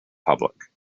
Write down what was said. public